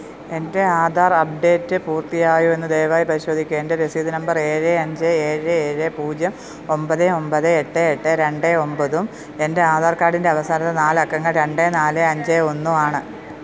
എൻ്റെ ആധാർ അപ്ഡേറ്റ് പൂർത്തിയായോ എന്ന് ദയവായി പരിശോധിക്കുക എൻ്റെ രസീത് നമ്പർ ഏഴ് അഞ്ച് ഏഴ് ഏഴ് പൂജ്യം ഒൻപത് ഒൻപത് എട്ട് എട്ട് രണ്ട് ഒൻപതും എൻ്റെ ആധാർ കാഡിൻ്റെ അവസാനത്തെ നാലക്കങ്ങൾ രണ്ട് നാല് അഞ്ച് ഒന്നും ആണ്